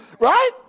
Right